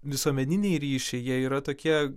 visuomeniniai ryšiai jie yra tokie